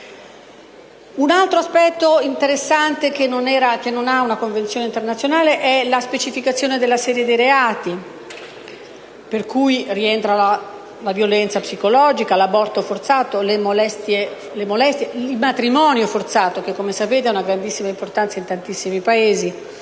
Un altro elemento interessante, che non era presente in alcuna Convenzione internazionale, è la specificazione della sede dei reati, tra cui rientra la violenza psicologica, l'aborto forzato, le molestie e il matrimonio forzato, che, come sapete, ha grandissima importanza in tantissimi Paesi